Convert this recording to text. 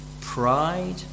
pride